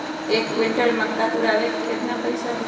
एक क्विंटल मक्का तुरावे के केतना पैसा होई?